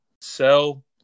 sell